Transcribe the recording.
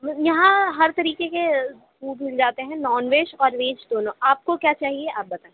یہاں ہر طریقے کے فوڈ مل جاتے ہیں نان ویج اور ویج دونوں آپ کو کیا چاہیے آپ بتائیں